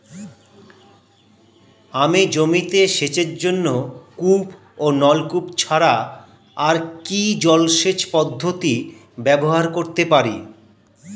আমি জমিতে সেচের জন্য কূপ ও নলকূপ ছাড়া আর কি জলসেচ পদ্ধতি ব্যবহার করতে পারি?